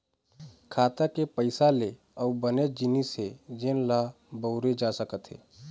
खाता के पइसा ले अउ बनेच जिनिस हे जेन ल बउरे जा सकत हे